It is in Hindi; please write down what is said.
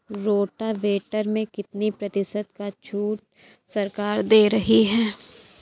रोटावेटर में कितनी प्रतिशत का छूट सरकार दे रही है?